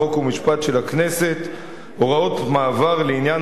חוק ומשפט של הכנסת הוראות מעבר לעניין